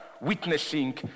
witnessing